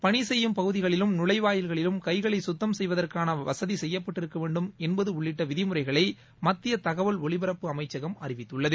பணி செய்யும் பகுதிகளிலும் நுழைவாயில்களிலும் கை களை சுத்தம் செய்வதற்கான வசதி செய்யப்பட்டிருக்க வேண்டும் என்பது உள்ளிட்ட விதிமுறைகளை மத்திய தகவல் ஒலிபரப்பு அமைச்சகம் அறிவித்துள்ளது